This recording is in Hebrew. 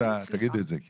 עשית, תגידי את זה.